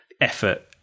effort